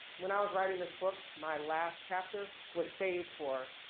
when i was writing this book, my last chapter was saved for,